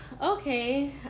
okay